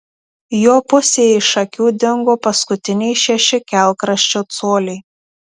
jo pusėje iš akių dingo paskutiniai šeši kelkraščio coliai